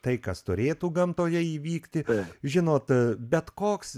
tai kas turėtų gamtoje įvykti žinot bet koks